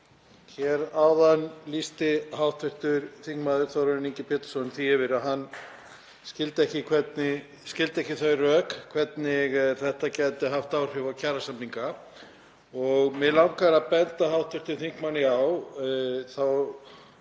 Hér áðan lýsti hv. þm. Þórarinn Ingi Pétursson því yfir að hann skildi ekki þau rök hvernig þetta gæti haft áhrif á kjarasamninga. Mig langar að benda hv. þingmanni á það